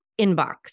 inbox